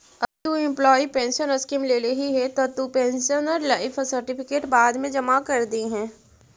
अगर तु employee pension scheme लेल्ही हे त तु पेंशनर लाइफ सर्टिफिकेट बाद मे जमा कर दिहें